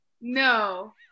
no